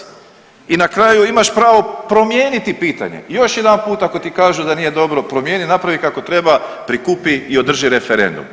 I na kraju imaš pravo promijeniti pitanje, još jedan put ako ti kažu da nije dobro, promijeni, napravi kako treba, prikupi i održi referendum.